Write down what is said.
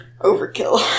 overkill